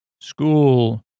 School